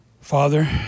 Father